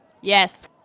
Yes